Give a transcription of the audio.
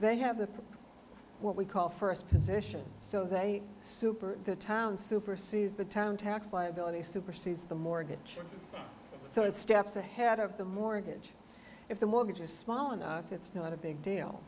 they have the what we call first position so they super the town supersedes the town tax liability supersedes the mortgage so it steps ahead of the mortgage if the mortgage is small enough it's not a big deal